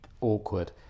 awkward